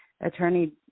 attorney